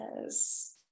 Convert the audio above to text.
Yes